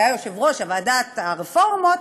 שהיה יושב-ראש ועדת הרפורמות,